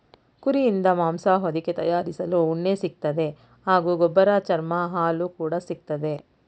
ಕುರಿಯಿಂದ ಮಾಂಸ ಹೊದಿಕೆ ತಯಾರಿಸಲು ಉಣ್ಣೆ ಸಿಗ್ತದೆ ಹಾಗೂ ಗೊಬ್ಬರ ಚರ್ಮ ಹಾಲು ಕೂಡ ಸಿಕ್ತದೆ